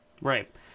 right